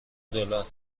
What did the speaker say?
دلار